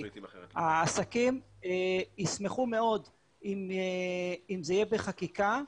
העסקים ישמחו מאוד אם זה יהיה בחקיקה,